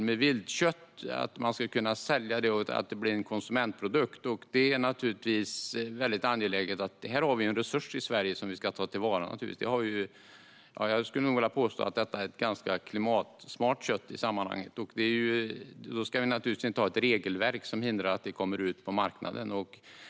Man vill att det ska kunna säljas som en konsumentprodukt. Här har vi en resurs i Sverige som vi ska ta till vara. Jag vill nog påstå att detta är ett ganska klimatsmart kött. Då ska inte regelverket hindra att köttet kommer ut på marknaden.